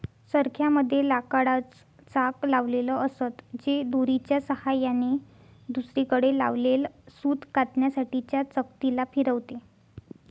चरख्या मध्ये लाकडाच चाक लावलेल असत, जे दोरीच्या सहाय्याने दुसरीकडे लावलेल सूत कातण्यासाठी च्या चकती ला फिरवते